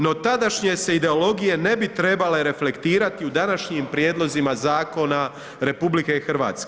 No, tadašnje se ideologije ne bi trebale reflektirati u današnjim prijedlozima zakona RH.